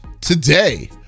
today